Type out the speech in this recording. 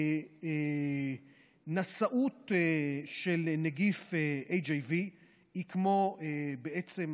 נשאות של נגיף HIV היא בעצם,